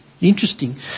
interesting